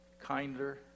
Kinder